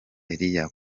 elie